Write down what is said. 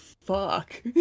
fuck